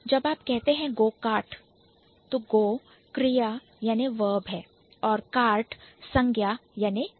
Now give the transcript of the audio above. जब आप कहते हैं Go Kart go kart Go क्रिया है और Kart संज्ञा है